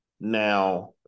Now